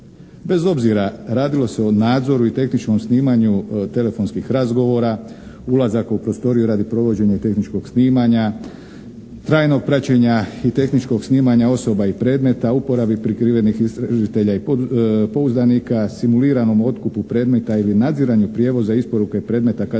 Bez obzira radilo se o nadzoru i tehničkom snimanju telefonskih razgovora, ulazak u prostoriju radi provođenja tehničkog snimanja, trajnog praćenja i tehničkog snimanja osoba i predmeta, uporabi prikrivenih istražitelja i pouzdanika, simuliranom otkupu predmeta ili nadziranju prijevoza isporuka i predmeta